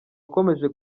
akomeje